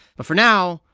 but for now,